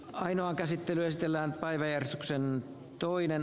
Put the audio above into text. ainoan käsittelystä lä arveli syksyn toinen